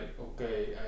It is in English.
okay